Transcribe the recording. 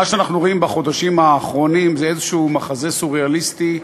מה שאנחנו רואים בחודשים האחרונים זה מחזה סוריאליסטי,